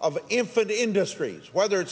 of infant industries whether it's